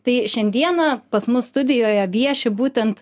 tai šiandieną pas mus studijoje vieši būtent